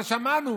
אבל שמענו